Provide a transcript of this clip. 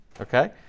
okay